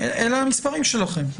אלה המספרים שלכם.